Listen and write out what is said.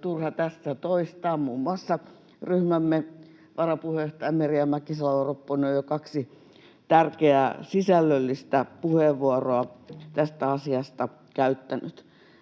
turha tässä toistaa. Muun muassa ryhmämme varapuheenjohtaja Merja Mäkisalo-Ropponen on jo kaksi tärkeää sisällöllistä puheenvuoroa tästä asiasta käyttänyt.